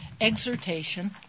exhortation